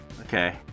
Okay